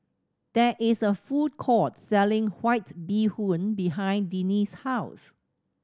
there is a food court selling White Bee Hoon behind Denis' house